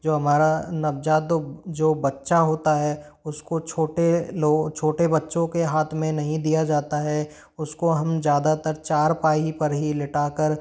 जो हमारा नवजात जो बच्चा होता है उसको छोटे छोटे बच्चों के हाथ में नहीं दिया जाता है उसको हम ज़्यादातर चारपाई पर ही लिटा कर